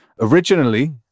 Originally